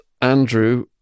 Andrew